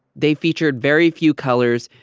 they featured very few colors,